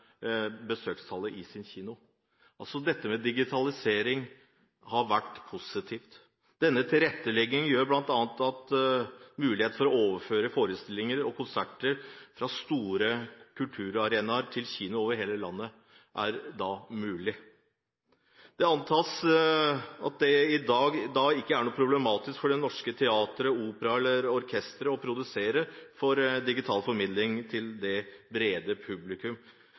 besøkstallet ved sin kino. Dette med digitalisering har vært positivt. Denne tilretteleggingen gjør bl.a. at det er mulig å overføre forestillinger og konserter fra store kulturarenaer til kinoer over hele landet. Det antas at det i dag ikke er problematisk for norske teatre, Operaen eller orkestre å produsere for digital formidling til det brede publikum.